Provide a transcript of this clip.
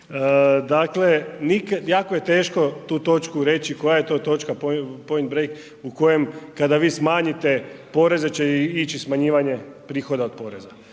Dakle, jako je teško tu točku reći koja je to točka point break u kojem kada vi smanjite poreze će ići smanjivanje prihoda od poreza.